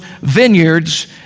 vineyards